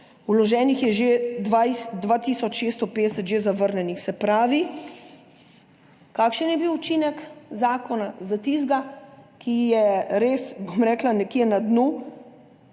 vloženih je 2 tisoč 650 že zavrnjenih. Se pravi, kakšen je bil učinek zakona za tistega, ki je res nekje na dnu,